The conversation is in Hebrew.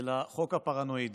אלא חוק הפרנואידים,